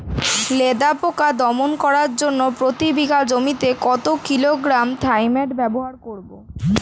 লেদা পোকা দমন করার জন্য প্রতি বিঘা জমিতে কত কিলোগ্রাম থাইমেট ব্যবহার করব?